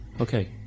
Okay